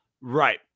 Right